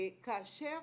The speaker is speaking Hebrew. כאשר